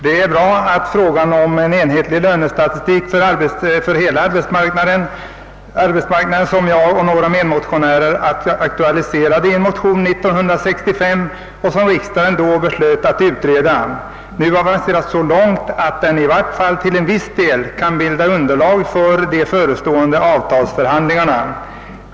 Det är bra att frågan om en enhetlig lönestatistik för hela arbetsmarknaden — några medmotionärer och jag aktualiserade den saken i en motion 1965 och riksdagen belöt då att utreda frågan — nu har avancerat så långt, att den i varje fall till viss del kan bilda underlag för de förestående avtalsförhandlingarna.